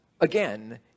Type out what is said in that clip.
again